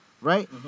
right